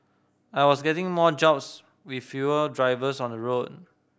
I was getting more jobs with fewer drivers on the road